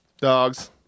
Dogs